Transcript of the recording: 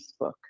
Facebook